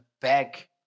back